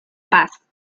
paz